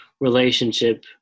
relationship